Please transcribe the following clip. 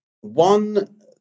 One